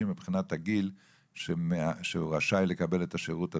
מבחינת הגיל שרשאי לקבל את השירות הזה,